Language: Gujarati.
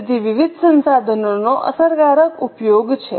તેથી વિવિધ સંસાધનોનો અસરકારક ઉપયોગ છે